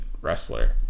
wrestler